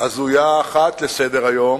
הזויה אחת לסדר-היום.